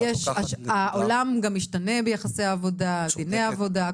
העולם גם משתנה ביחסי עבודה, דיני עבודה.